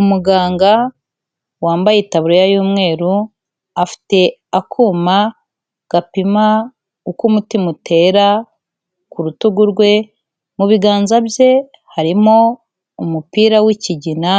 Umuganga wambaye itaburiya y'umweru, afite akuma gapima uko umutima utera ku rutugu rwe, mu biganza bye harimo umupira w'ikigina